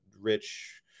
rich